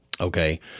Okay